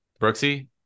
Brooksy